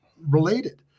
related